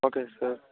okay sir